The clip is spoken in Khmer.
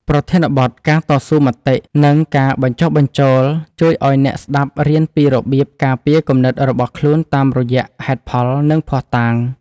ប្រធានបទ ការតស៊ូមតិ និងការបញ្ចុះបញ្ចូល ជួយឱ្យអ្នកស្ដាប់រៀនពីរបៀបការពារគំនិតរបស់ខ្លួនតាមរយៈហេតុផល និងភស្តុតាង។